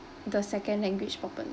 the second language open